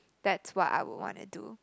that's what I would wanna do